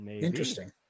Interesting